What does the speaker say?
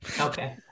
Okay